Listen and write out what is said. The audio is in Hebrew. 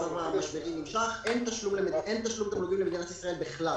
כל עוד מצב המשבר נמשיך אין תשלום תמלוגים למדינת ישראל בכלל.